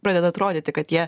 pradeda atrodyti kad jie